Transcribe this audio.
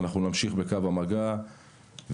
אנחנו נמשיך בפרויקט קו המגע וניכנס